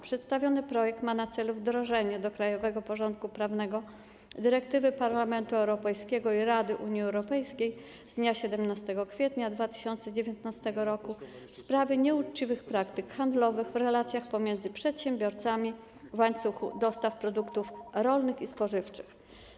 Przedstawiony projekt ma na celu wdrożenie do krajowego porządku prawnego dyrektywy Parlamentu Europejskiego i Rady Unii Europejskiej z dnia 17 kwietnia 2019 r. w sprawie nieuczciwych praktyk handlowych w relacjach pomiędzy przedsiębiorcami w łańcuchu dostaw produktów rolnych i spożywczych.